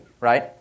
right